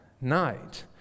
night